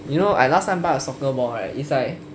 you know I last time buy a soccer ball right is like